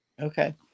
Okay